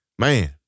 Man